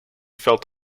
felt